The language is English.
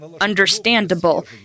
understandable